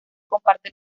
comparte